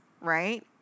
right